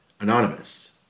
anonymous